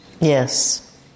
Yes